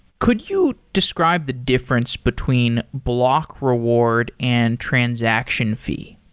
could you describe the difference between block reward and transaction fee?